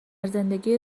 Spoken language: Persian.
زندگی